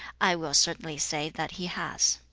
i will certainly say that he has